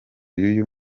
y’uyu